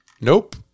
nope